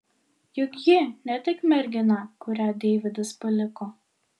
juk ji ne tik mergina kurią deividas paliko